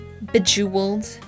Bejeweled